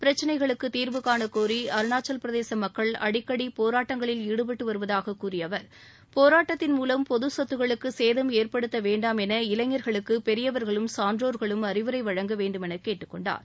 பிரச்சனைகளுக்க தீர்வுகான கோரி அருணாச்சலப் பிரதேச மக்கள் அடிக்கடி போராட்டங்களில் ஈடுபட்டுவருவதாக கூறிய அவர் போராட்டத்தின் மூலம் பொது சொத்துக்களுக்கு சேதம் ஏற்படுத்த வேண்டாம் என இளைஞர்களுக்கு பெரியவர்களும் சான்றோர்களும் அறிவுரை வழங்க வேண்டுமென கேட்டுக்கொண்டார்